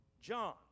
John